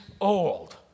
old